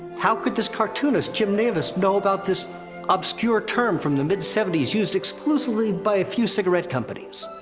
how could this cartoonist jim davis know about this obscure term from the mid seventy s used exclusively by a few cigaret companies?